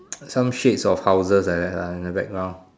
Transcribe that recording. some shades of houses like that ah in the background